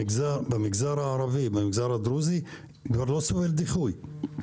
במגזר הערבי ובמגזר הדרוזי הדברים לא סובלים דיחוי.